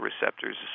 receptors